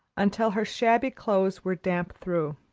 until her shabby clothes were damp through.